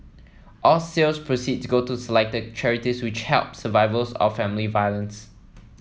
all sales proceeds go to selected charities which help survivors of family violence